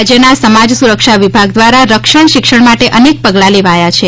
રાજ્યના સમાજ સુરક્ષા વિભાગ દ્વારા રક્ષણ શિક્ષણ માટે અનેક પગલાં લેવાયા છે